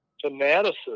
fanaticism